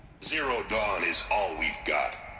zero dawn is all we've got